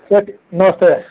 चलिए नमस्ते